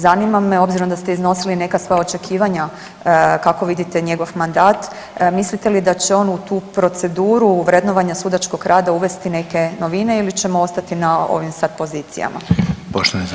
Zanima me obzirom da ste iznosili neka svoja očekivanja kako vidite njegov mandat, mislite li da će on u tu proceduru vrednovanja sudačkog rada uvesti neke novine ili ćemo ostati na ovim sad pozicijama?